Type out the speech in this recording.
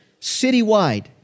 citywide